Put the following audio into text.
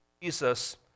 Jesus